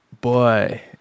Boy